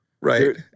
right